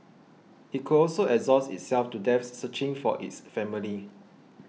it could also exhaust itself to death searching for its family